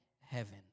heaven